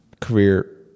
career